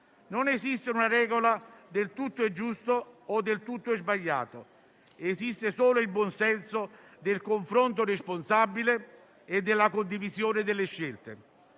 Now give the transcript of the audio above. Non esiste una regola del «tutto è giusto» o del «tutto è sbagliato». Esiste solo il buon senso del confronto responsabile e della condivisione delle scelte.